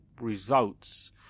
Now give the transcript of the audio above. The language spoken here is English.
results